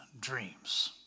dreams